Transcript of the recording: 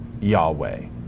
Yahweh